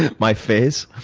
my face